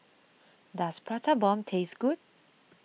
does Prata Bomb taste good